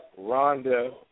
Rhonda